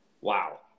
wow